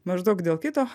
maždaug dėl kito